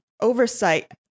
Oversight